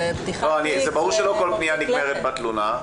זה ברור שלא כל פנייה נגמרת בתלונה,